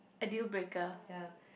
a dealbreaker